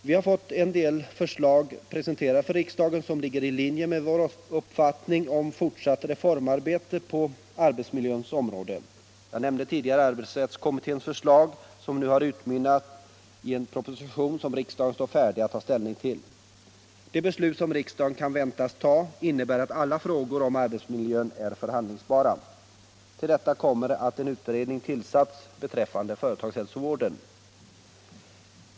Vi har fått en del förslag presenterade för riksdagen, som ligger i linje med vår uppfattning om fortsatt reformarbete på arbetsmiljöns område. Jag nämnde tidigare arbetsrättskommitténs förslag som nu har utmynnat i en proposition, som riksdagen står färdig att ta ställning till. De beslut som riksdagen kan väntas tå innebär au alla frågor om arbetsmiljön blir förhandlingsbara. Till detta kommer att en utredning har tillsatts beträffande företagshälsovården.